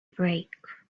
break